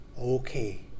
Okay